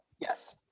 Yes